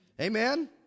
Amen